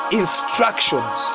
instructions